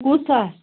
کوٗتاہ